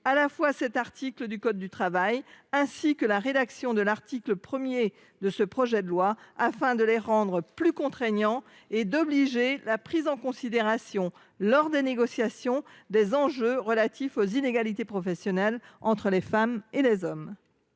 à la fois cet article du code du travail et la rédaction de l’article 1 de ce projet de loi afin de les rendre plus contraignants. Il tend ainsi à rendre obligatoire la prise en compte, lors des négociations, des enjeux relatifs aux inégalités professionnelles entre les femmes et les hommes.